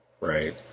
Right